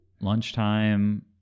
lunchtime